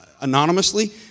anonymously